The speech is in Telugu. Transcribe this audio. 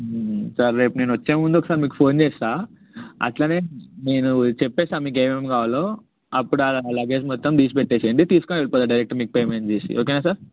సార్ రేపు నేనొచ్చే ముందు ఒకసారి మీకు ఫోన్ చేస్తా అట్లనే నేను చెప్పేస్తా మీకు ఏమేమి కావాలో అప్పుడు ఆ లగేజ్ మొత్తం తీసిపెట్టేసేయండీ తీసుకొని వెళ్ళిపోతా డైరెక్ట్ మీకు పేమెంట్ చేసి ఓకేనా సార్